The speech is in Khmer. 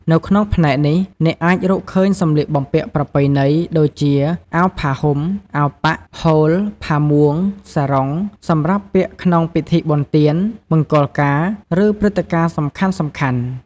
នៅក្នុងផ្នែកនេះ អ្នកអាចរកឃើញសម្លៀកបំពាក់ប្រពៃណី ដូចជា អាវផាហ៊ុម អាវប៉ាក់ ហូល ផាមួង សារុង សម្រាប់ពាក់ក្នុងពិធីបុណ្យទាន មង្គលការ ឬព្រឹត្តិការណ៍សំខាន់ៗ។